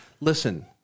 Listen